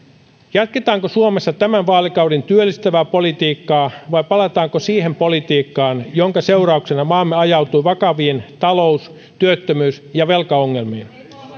jatketaanko suomessa tämän vaalikauden työllistävää politiikkaa vai palataanko siihen politiikkaan jonka seurauksena maamme ajautui vakaviin talous työttömyys ja velkaongelmiin